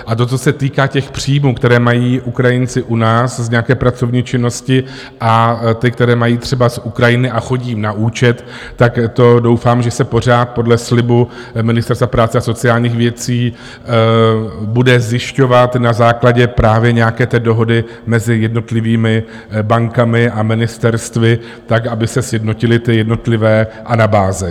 A to, co se týká těch příjmů, které mají Ukrajinci u nás z nějaké pracovní činnosti, a ty, které mají třeba z Ukrajiny a chodí jim na účet, tak to doufám, že se pořád podle slibu Ministerstva práce a sociálních věcí bude zjišťovat na základě právě nějaké té dohody mezi jednotlivými bankami a ministerstvy tak, aby se sjednotily ty jednotlivé anabáze.